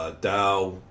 Dow